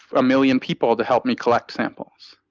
a million people to help me collect samples.